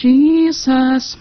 Jesus